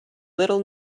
little